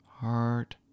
heart